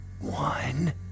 One